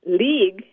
league